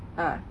uh